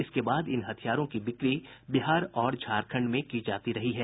इसके बाद इन हथियारों की बिक्री बिहार और झारखंड में की जाती रही है